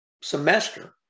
semester